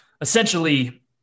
essentially